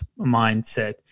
mindset